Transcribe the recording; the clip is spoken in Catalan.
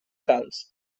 calç